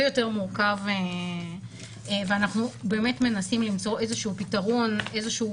יותר מורכב ואנחנו באמת מנסים למצוא איזשהו פתרון איזשהו